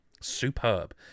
Superb